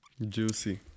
juicy